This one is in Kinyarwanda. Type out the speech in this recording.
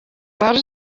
wari